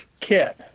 kit